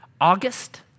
August